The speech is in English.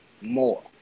more